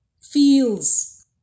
feels